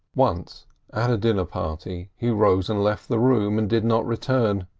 once at a dinner-party he rose and left the room, and did not return.